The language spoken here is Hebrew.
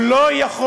הוא לא יכול